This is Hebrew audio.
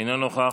אינו נוכח,